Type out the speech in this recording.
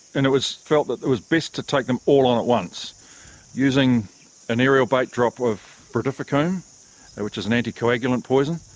and it was felt that it was best to take them all on at once using an aerial bait drop of brodifacoum which is an anticoagulant poison.